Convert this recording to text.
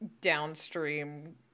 downstream